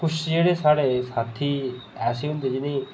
किश जेह्ड़े साढ़े साथी ऐसे होंदे जि'नें गी